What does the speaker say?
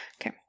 okay